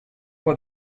for